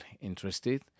interested